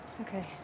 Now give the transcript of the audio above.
Okay